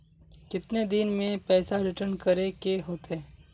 कितने दिन में पैसा रिटर्न करे के होते?